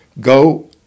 go